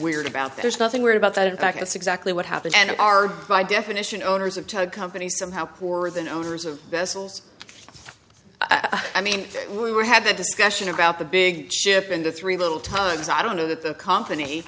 weird about there's nothing weird about that in fact that's exactly what happened and are by definition owners of tug companies somehow poorer than owners of vessels i mean we were have a discussion about the big ship in the three little times i don't know that the company